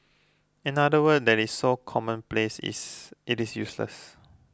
another word that is so commonplace is it is useless